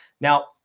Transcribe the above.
Now